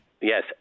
Yes